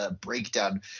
breakdown